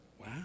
Wow